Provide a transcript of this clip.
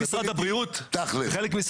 תכל'ס?